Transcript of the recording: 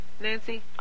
Nancy